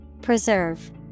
Preserve